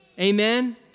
Amen